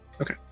Okay